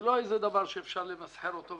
זה לא דבר שאפשר לסחור איתו.